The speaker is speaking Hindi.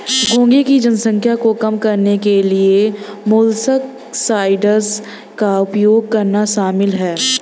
घोंघे की संख्या को कम करने के लिए मोलस्कसाइड्स का उपयोग करना शामिल है